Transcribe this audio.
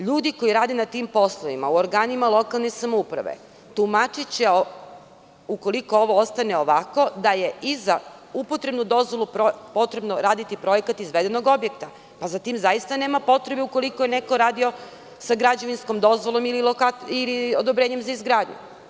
Ljudi koji rade na tim poslovima, u organima lokalne samouprave, ukoliko ovo ostane ovako, tumačiće da je i za upotrebnu dozvolu potrebno raditi projekat izvedenog objekta, a za tim zaista nema potrebe ukoliko je neko radio sa građevinskom dozvolom ili odobrenjem za izgradnju.